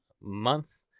Month